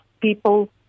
people